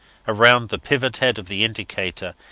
around the pivot-head of the indicator,